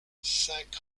cinq